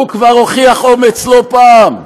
הוא כבר הוכיח אומץ לא פעם.